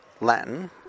Latin